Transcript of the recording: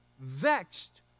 vexed